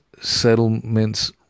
settlements